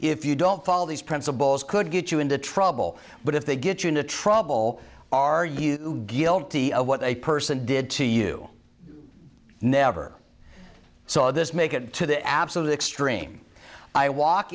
if you don't follow these principles could get you into trouble but if they get you into trouble are you guilty of what a person did to you never saw this make it to the absolute extreme i walk